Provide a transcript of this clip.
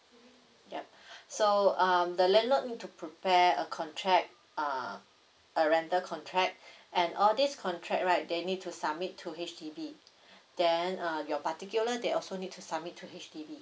yup so um the landlord need to prepare a contract uh a rental contact and all these contract right they need to submit to H_D_B then uh your particular they also need to submit to H_D_B